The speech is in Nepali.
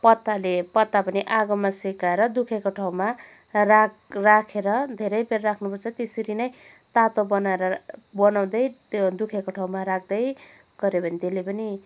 पत्ताले पत्ता पनि आगोमा सेकाएर दुखेको ठाउँमा राख राखेर धेरैबेर राख्नुपर्छ त्यसरी नै तातो बनाएर बनाउँदै त्यो दुखेको ठाउँमा राख्दै गऱ्यो भने त्यसले पनि